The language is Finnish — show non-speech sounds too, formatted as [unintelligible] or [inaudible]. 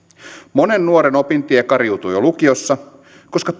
monen nuoren opintie kariutuu jo lukiossa koska [unintelligible]